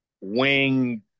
Wing